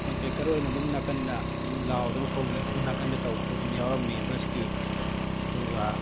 contractor ꯑꯣꯏꯅ ꯑꯗꯨꯝ ꯅꯥꯀꯟꯗ ꯑꯗꯨꯝ ꯂꯥꯎꯗꯅ ꯈꯣꯡꯗꯅ ꯑꯗꯨꯝ ꯅꯥꯀꯟꯗ ꯇꯧꯕꯗꯣ ꯑꯗꯨꯝ ꯌꯥꯎꯔꯝꯃꯦ ꯕꯁꯀꯤ ꯑꯗꯨꯒ